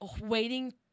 waiting